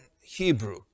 Hebrew